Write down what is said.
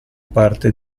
parte